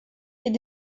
est